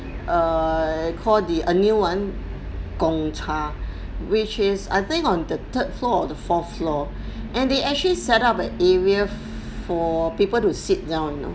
err called the a new one gong cha which is I think on the third floor or the fourth floor and they actually set up a area for people to sit down you know